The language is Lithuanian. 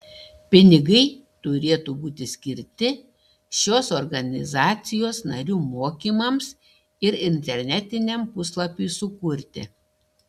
pinigai turėtų būti skirti šios organizacijos narių mokymams ir internetiniam puslapiui sukurti